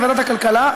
בוועדת הכלכלה,